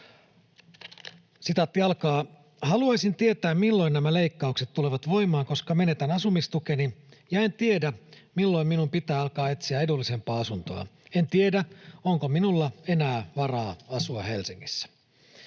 lainauksia. ”Haluaisin tietää, milloin nämä leikkaukset tulevat voimaan, koska menetän asumistukeni ja en tiedä, milloin minun pitää alkaa etsiä edullisempaa asuntoa. En tiedä, onko minulla enää varaa asua Helsingissä.